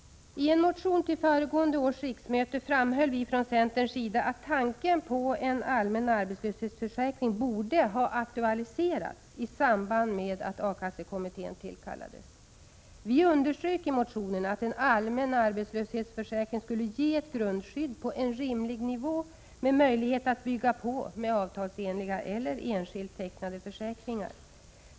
I en motion till föregående års riksmöte framhöll vi från centerns sida att tanken på en allmän arbetslöshetsförsäkring borde ha aktualiserats i samband med att A-kassekommittén tillkallades. Vi underströk i motionen att en allmän arbetslöshetsförsäkring skulle ge ett grundskydd på en rimlig nivå med möjlighet att bygga på med avtalsenliga eller enskilt tecknade försäkringar.